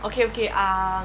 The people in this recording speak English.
okay okay ah